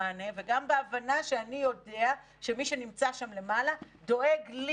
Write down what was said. מענה וגם בהבנה שאני יודע שמי שנמצא שם למעלה דואג לי,